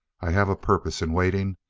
i had a purpose in waiting.